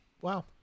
Wow